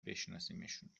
بشناسیمشون